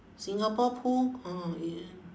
singapore pool ah ya